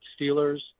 Steelers